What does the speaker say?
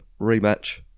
rematch